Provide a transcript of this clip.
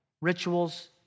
rituals